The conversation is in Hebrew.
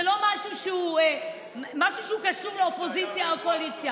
זה לא משהו שקשור לאופוזיציה או קואליציה.